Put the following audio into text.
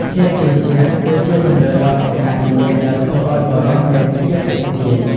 ភាពជឿជាក់ គឺជាគន្លឹះដ៏សំខាន់មួយដែលធ្វើឲ្យបុរសមានភាពទាក់ទាញ។